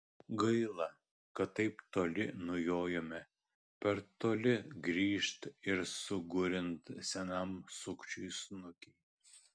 gaila kad taip toli nujojome per toli grįžt ir sugurinti senam sukčiui snukį